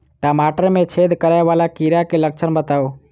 टमाटर मे छेद करै वला कीड़ा केँ लक्षण बताउ?